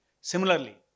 Similarly